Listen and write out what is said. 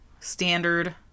standard